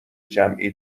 جمعی